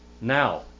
Now